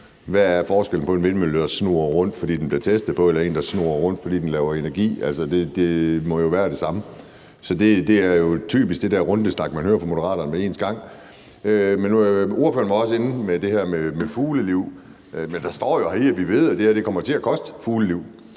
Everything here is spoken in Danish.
Hvad er forskellen på en vindmølle, der snurrer rundt, fordi der bliver testet, og en, der snurrer rundt, fordi den laver energi? Altså, det må være det samme. Det er typisk den der snak, man hører fra Moderaterne hver eneste gang. Ordføreren var også inde på det her med fugleliv, men der står jo her, at vi ved, at det her kommer til at koste fugleliv.